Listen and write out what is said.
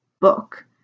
book